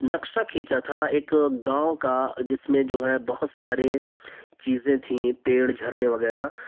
نقشہ کھینچا تھا ایک گاؤں کا جس میں جو ہے بہت سارے چیزیں تھیں پیڑ جھرنے وغیرہ